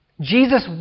Jesus